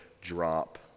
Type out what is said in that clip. drop